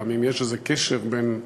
גם אם יש איזה קשר בין עיסוקו,